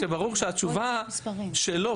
ברור שהתשובה שלו,